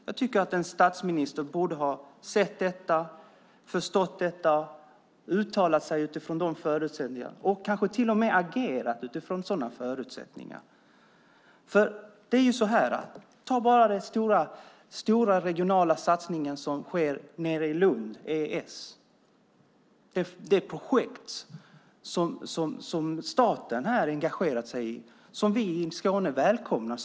Jag tycker att en statsminister borde ha sett detta, förstått detta och uttalat sig utifrån de förutsättningarna, kanske till och med agerat utifrån sådana förutsättningar. Ta bara den stora regionala satsning som sker i Lund på ESS, ett projekt som staten har engagerat sig i och som vi i Skåne välkomnar.